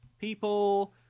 People